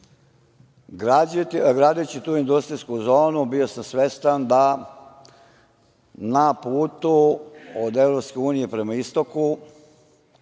gradeći tu industrijsku zonu bio sam svestan da na putu od Evropske